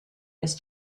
ist